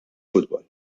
futbol